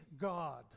God